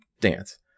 dance